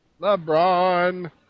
LeBron